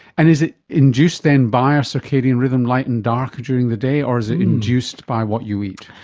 and is it induced then by a circadian rhythm, light and dark during the day, or is it induced by what you eat?